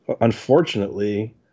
Unfortunately